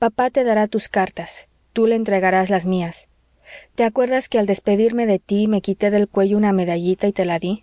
papá te dará tus cartas tú le entregarás las mías te acuerdas que al despedirme de tí me quité del cuello una medallita y te la di